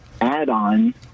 add-on